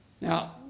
Now